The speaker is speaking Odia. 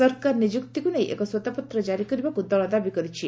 ସରକାର ନିଯୁକ୍ତିକୁ ନେଇ ଏକ ଶ୍ୱେତପତ୍ର କାରି କରିବାକୁ ଦଳ ଦାବି କରିଛି